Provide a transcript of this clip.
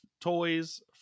toys